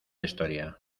historia